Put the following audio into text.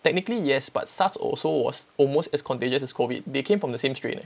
technically yes but SARS also was almost as contagious as COVID they came from the same strain eh